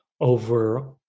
over